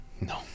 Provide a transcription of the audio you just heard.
No